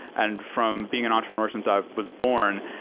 and from being an entrepreneur since i was born,